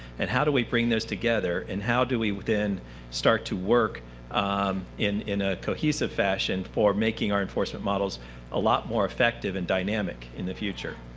and how do we bring those together, and how do we then start to work um in in a cohesive fashion for making our enforcement models a lot more effective in dynamic in the future?